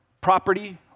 property